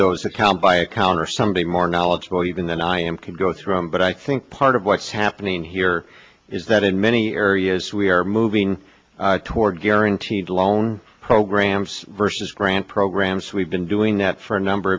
those accounts by account or something more knowledgeable even than i am can go through them but i think part of what's happening here is that in many areas we are moving toward guaranteed loan programs versus grant programs we've been doing that for a number